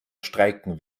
streiken